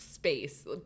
space